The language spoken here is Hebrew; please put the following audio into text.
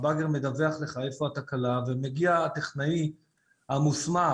הבאגר מאתר לך מה התקלה ומגיע הטכנאי המוסמך